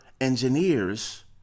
engineers